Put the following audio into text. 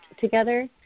together